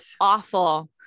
awful